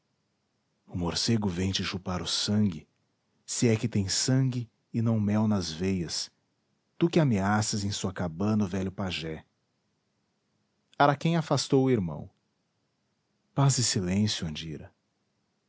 o morcego vem te chupar o sangue se é que tens sangue e não mel nas veias tu que ameaças em sua cabana o velho pajé araquém afastou o irmão paz e silêncio andira